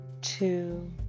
two